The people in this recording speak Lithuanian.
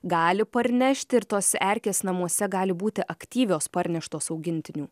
gali parnešti ir tos erkės namuose gali būti aktyvios parneštos augintinių